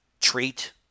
treat